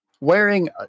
Wearing